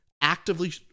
actively